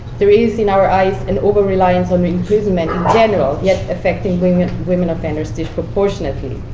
there is, in our eyes, an over-reliance on imprisonment in general, yet affecting women women offenders disproportionately.